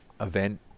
event